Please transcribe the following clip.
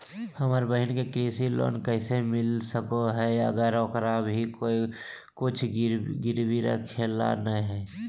हमर बहिन के कृषि लोन कइसे मिल सको हइ, अगर ओकरा भीर कुछ गिरवी रखे ला नै हइ?